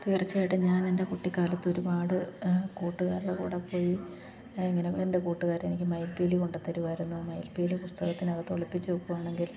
തീർച്ചയായിട്ടും ഞാനെൻ്റെ കുട്ടിക്കാലത്തൊരുപാട് കൂട്ടുകാരുടെ കൂടെ പോയി ഇങ്ങനെ എൻ്റെ കൂട്ടുകാരെനിക്ക് മയിൽപ്പീലി കൊണ്ടുതരുമായിരുന്നു മയിൽപ്പീലി പുസ്തകത്തിനകത്തൊളിപ്പിച്ചു വെക്കുവാണെങ്കിൽ